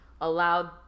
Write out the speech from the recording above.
allowed